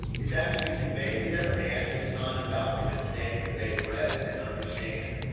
it's actually conveyed to them, and they actually sign a document stating that they've read it and understand,